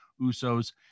Usos